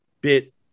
bit